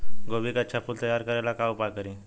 गोभी के अच्छा फूल तैयार करे ला का उपाय करी?